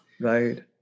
Right